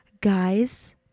guys